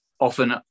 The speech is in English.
often